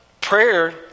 prayer